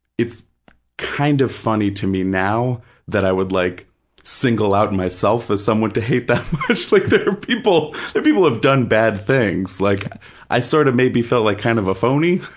it's kind of funny to me now that i would like single out myself as someone to hate that much. like, there people, there are people who have done bad things, like i sort of maybe felt like kind of a phony,